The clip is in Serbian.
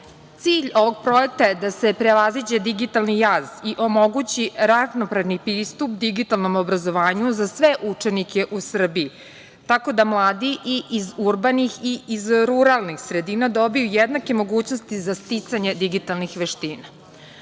Cilj ovog projekta je da se prevaziđe digitalni jaz i omogući ravnopravni pristup digitalnom obrazovanju za sve učenike u Srbiji, tako da mladi i iz urbanih i iz ruralnih sredina dobiju jednake mogućnosti za sticanje digitalnih veština. Koliko